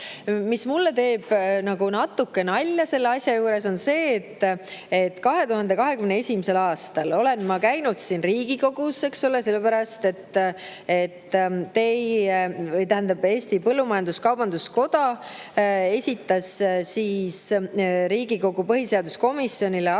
Mis mulle teeb natuke nalja selle asja juures on see, et 2021. aastal olen ma käinud siin Riigikogus sellepärast, et Eesti Põllumajandus-Kaubanduskoda esitas siis Riigikogu põhiseaduskomisjonile arvamuse,